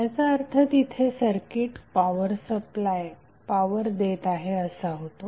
याचा अर्थ तिथे सर्किट पॉवर देत आहे असा होतो